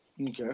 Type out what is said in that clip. Okay